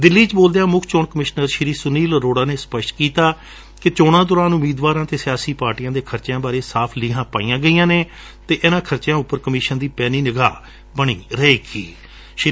ਦਿੱਲੀ ਵਿਚ ਬੋਲਦਿਆ ਮੁੱਖ ਚੋਣ ਕਮਿਸ਼ਨਰ ਸੁਨੀਲ ਅਰੋਭਾ ਨੇ ਸਪਸ਼ਟ ਕੀਤਾ ਕਿ ਚੋਣਾ ਦੌਰਾਨ ਉਮੀਦਵਾਰਾਂ ਅਤੇ ਸਿਆਸੀ ਪਾਰਟੀਆਂ ਦੇ ਖਰਚਿਆਂ ਬਾਰੇ ਸਾਫ਼ ਲੀਹਾਂ ਪਾਈਆਂ ਗਈਆਂ ਨੇ ਅਤੇ ਇਨੂਾਂ ਖਰਚਿਆਂ ਉਪਰ ਕਮਿਸ਼ਨ ਦੀ ਪੈਣੀ ਨਿਗਾਹ ਬਣੀ ਰਹੇਗੀ